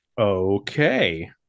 okay